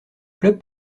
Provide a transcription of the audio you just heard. club